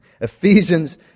Ephesians